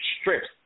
strips